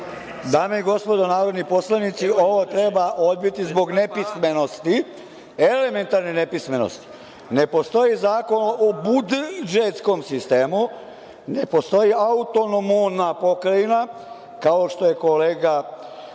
Dame i gospodo narodni poslanici, ovo treba odbiti zbog nepismenosti, elementarne nepismenosti. Ne postoji Zakon o buddžetskom sistemu, ne postoji atonomona pokrajna, kao što je kolega